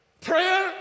Prayer